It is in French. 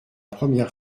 première